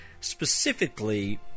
Specifically